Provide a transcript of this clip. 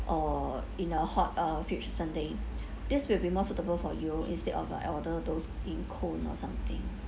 or in a hot uh fudge sundae this will be more suitable for you instead of uh I order those in cold or something